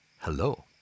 hello